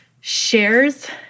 shares